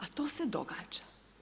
A to se događa.